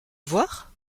voir